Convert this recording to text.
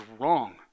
wrong